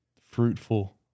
fruitful